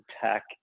tech